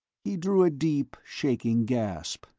he drew a deep, shaking gasp.